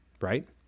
right